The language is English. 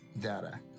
Data